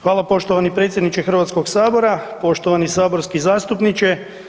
Hvala, poštovani predsjedniče Hrvatskog sabora, poštovani saborski zastupniče.